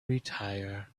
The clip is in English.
retire